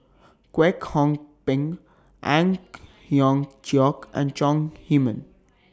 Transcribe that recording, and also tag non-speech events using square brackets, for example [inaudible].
Kwek Hong Png Ang [noise] Hiong Chiok and Chong Heman